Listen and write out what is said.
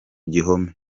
gihome